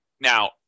now